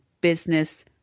business